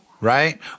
right